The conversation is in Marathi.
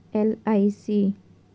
विद्यार्थ्यांका खयले विमे आसत?